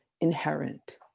inherent